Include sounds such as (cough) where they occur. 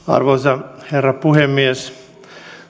(unintelligible) arvoisa herra puhemies